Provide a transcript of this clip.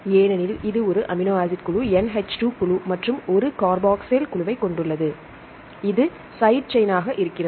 ஏனெனில் இது ஒரு அமினோ குழு NH2 குழு மற்றும் ஒரு கார்பாக்சைல் குழுவைக் கொண்டுள்ளது இது சைடு செயின் ஆக இருக்கிறது